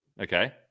okay